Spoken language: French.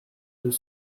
deux